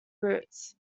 roots